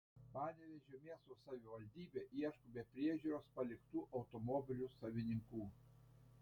panevėžio miesto savivaldybė ieško be priežiūros paliktų automobilių savininkų